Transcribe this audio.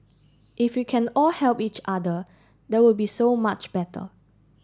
if we can all help each other that would be so much better